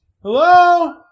Hello